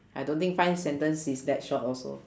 I don't think five sentence is that short also